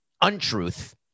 untruth